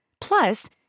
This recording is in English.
Plus